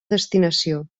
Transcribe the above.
destinació